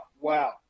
wow